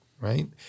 right